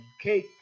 Cake